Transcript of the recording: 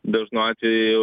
dažnu atveju